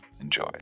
enjoy